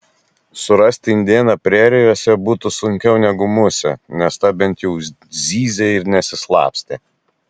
surasti indėną prerijose būtų sunkiau negu musę nes ta bent jau zyzė ir nesislapstė